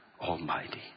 Almighty